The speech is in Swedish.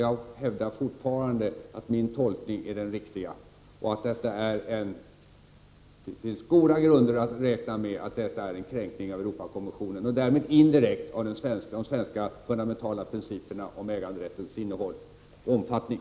Jag hävdar fortfarande att min tolkning är den riktiga. Man kan på goda grunder räkna med att detta är en kränkning av Europakonventionen och därmed indirekt av de svenska fundamentala principerna om äganderättens innehåll och omfattning.